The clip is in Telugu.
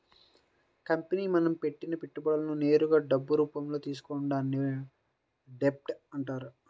కంపెనీ మనం పెట్టిన పెట్టుబడులను నేరుగా డబ్బు రూపంలో తీసుకోవడాన్ని డెబ్ట్ అంటారు